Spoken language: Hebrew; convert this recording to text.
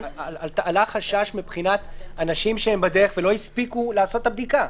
עלה חשש מבחינת אנשים שהם בדרך ולא הספיקו לעשות את הבדיקה.